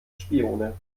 spione